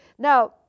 Now